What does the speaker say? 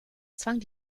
zwang